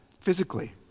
physically